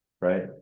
right